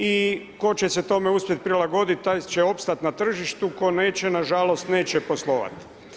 I tko će se tome uspjeti prilagoditi taj će opstati na tržištu, tko neće nažalost neće poslovati.